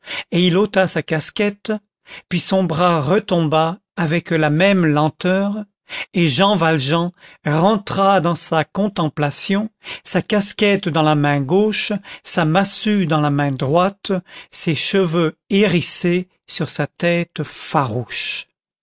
et il ôta sa casquette puis son bras retomba avec la même lenteur et jean valjean rentra dans sa contemplation sa casquette dans la main gauche sa massue dans la main droite ses cheveux hérissés sur sa tête farouche